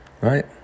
right